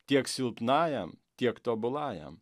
tiek silpnajam tiek tobulajam